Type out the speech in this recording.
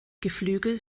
geflügel